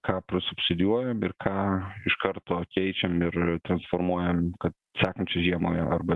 ką prasubsidijuojam ir ką iš karto keičiam ir transformuojam kad sekančiai žiemai arba